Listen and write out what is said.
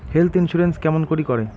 Health insurance কেমন করি করে?